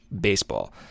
baseball